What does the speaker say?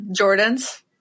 Jordans